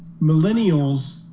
millennials